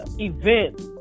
event